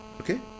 Okay